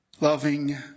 Loving